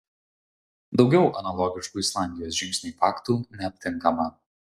daugiau analogiškų islandijos žingsniui faktų neaptinkama